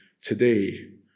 today